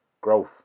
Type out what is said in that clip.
growth